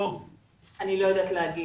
אני לא יודעת להגיד.